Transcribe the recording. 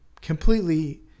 completely